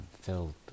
filled